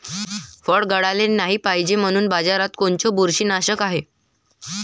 फळं गळाले नाही पायजे म्हनून बाजारात कोनचं बुरशीनाशक हाय?